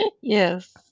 yes